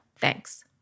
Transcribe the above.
Thanks